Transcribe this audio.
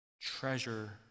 treasure